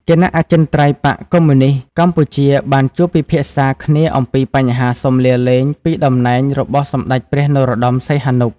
គណៈអចិន្ត្រៃយ៍បក្សកុម្មុយនីសកម្ពុជាបានជួបពិភាក្សាគ្នាអំពីបញ្ហាសុំលាលែងពី តំណែងរបស់សម្តេចព្រះ នរោត្តម សីហនុ។